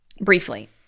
briefly